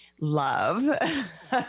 love